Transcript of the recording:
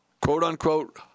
quote-unquote